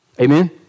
Amen